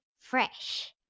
Fresh